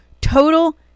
Total